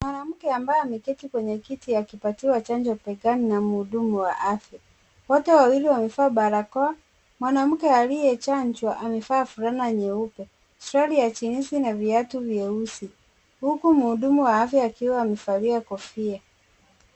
Mwanamke ambaye ameketi kwenye kiti akipatiwa chanjo begani mna mhudumu wa afya. Wote wawili wamevaa barakoa. Mwanamke aliyechanjwa amevaa fulana nyeupe, suruali ya vjinsi na viatu vyeusi, huku mhudumu wa afya akiwa amevalia kofia.